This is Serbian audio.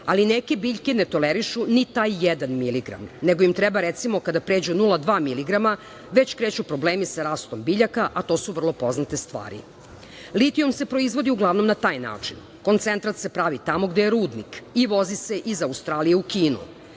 ali neke biljne ne tolerišu ni taj jedan miligram, nego kada pređu 0,2 miligrama već kreću problemi sa rastom biljaka, a to su vrlo poznate stvari. Litijum se proizvodi uglavnom na taj način. Koncentrat se pravi tamo gde je rudnik i vozi se iz Australije u Kinu.